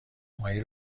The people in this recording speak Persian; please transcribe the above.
مایل